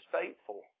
faithful